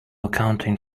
accounting